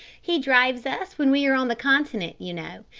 he drives us when we are on the continent, you know.